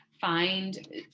find